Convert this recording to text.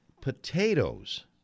potatoes